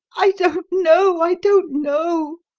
i don't know i don't know!